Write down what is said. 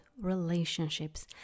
relationships